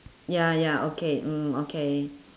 ya ya okay mm okay